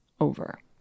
over